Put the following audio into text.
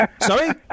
sorry